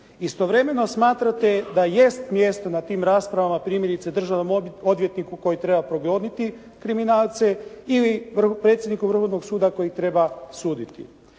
Istovremeno smatrate da jest mjesto na tim raspravama, primjerice državnom odvjetniku koji treba progoniti kriminalce ili predsjedniku Vrhovnog suda koji treba suditi.